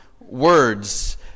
words